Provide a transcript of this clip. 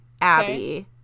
Abby